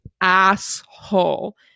asshole